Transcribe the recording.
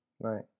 Right